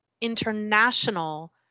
international